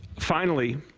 finally,